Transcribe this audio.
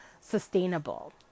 sustainable